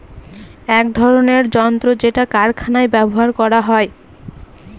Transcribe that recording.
এক ধরনের যন্ত্র যেটা কারখানায় ব্যবহার করা হয়